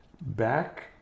Back